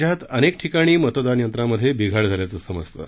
राज्यात अनेक ठिकाणी मतदान यंत्रांमध्ये बिघाड झाल्याचं समजतं